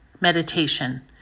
meditation